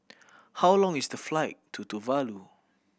how long is the flight to Tuvalu